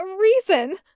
reason